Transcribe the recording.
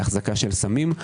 להחזקת סמים.